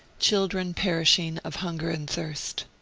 children perishing of hunger and thirst.